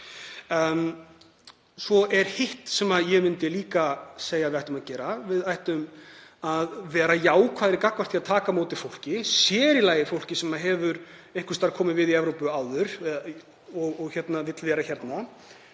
Svo er hitt sem ég myndi líka segja að við ættum að gera. Við ættum að vera jákvæðari gagnvart því að taka á móti fólki, sér í lagi fólki sem hefur einhvers staðar komið við í Evrópu áður og vill vera hérna.